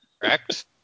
Correct